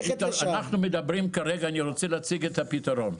אני רוצה להציג את הפתרון.